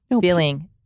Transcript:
feeling